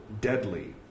deadly